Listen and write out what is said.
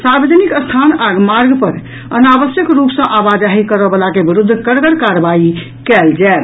सार्वजनिक स्थान आ मार्ग पर अनावश्यक रूप सॅ आवाजाही करऽ वला के विरूद्ध कड़गर कार्रवाई कयल जायत